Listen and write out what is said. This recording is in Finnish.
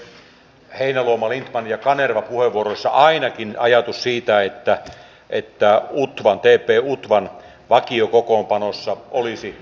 täällä on tuotu esille ainakin edustajien heinäluoma lindtman ja kanerva puheenvuoroissa ajatus siitä että tp utvan vakiokokoonpanossa olisi sisäministeri